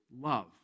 love